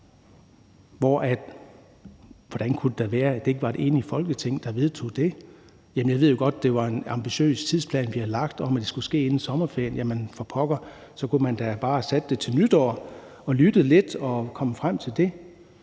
Hvordan kan det dog være, at det ikke var et enigt Folketing, der vedtog det? Jeg ved jo godt, at det var en ambitiøs tidsplan, vi havde lagt, at det skulle ske inden sommerferien, men så kunne man for pokker da bare have sat det til nytår. Man kunne have lyttet lidt og være kommet frem til det.